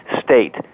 state